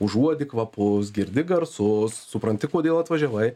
užuodi kvapus girdi garsus supranti kodėl atvažiavai